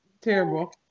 terrible